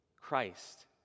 Christ